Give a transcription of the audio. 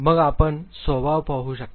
मग आपण स्वभाव पाहू शकता